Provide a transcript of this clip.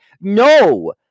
No